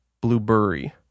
Blueberry